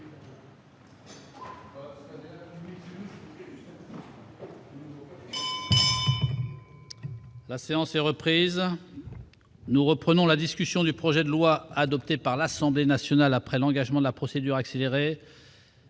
La séance est reprise. Nous poursuivons la discussion du projet de loi, adopté par l'Assemblée nationale après engagement de la procédure accélérée,